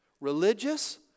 religious